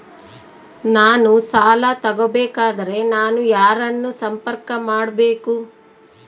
ನಾನು ಸಾಲ ತಗೋಬೇಕಾದರೆ ನಾನು ಯಾರನ್ನು ಸಂಪರ್ಕ ಮಾಡಬೇಕು?